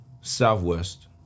Southwest